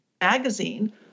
magazine